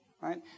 right